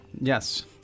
Yes